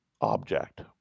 object